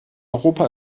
europa